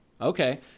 Okay